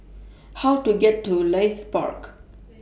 How Do I get to Leith Park